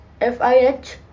FIH